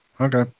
okay